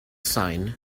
sign